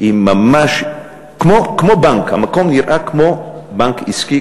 עם ממש, כמו בנק, המקום נראה כמו בנק עסקי.